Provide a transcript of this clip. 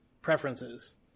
preferences